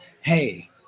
hey